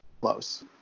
close